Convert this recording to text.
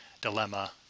dilemma